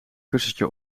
kussentje